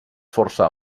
força